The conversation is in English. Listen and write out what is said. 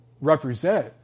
represent